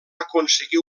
aconseguir